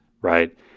right